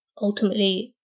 ultimately